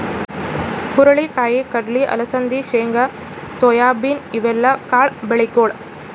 ಹುರಳಿ ಕಾಯಿ, ಕಡ್ಲಿ, ಅಲಸಂದಿ, ಶೇಂಗಾ, ಸೋಯಾಬೀನ್ ಇವೆಲ್ಲ ಕಾಳ್ ಬೆಳಿಗೊಳ್